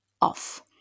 off